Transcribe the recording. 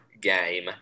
game